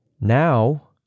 Now